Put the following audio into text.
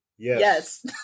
Yes